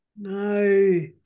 No